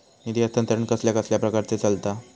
निधी हस्तांतरण कसल्या कसल्या प्रकारे चलता?